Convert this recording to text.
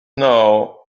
know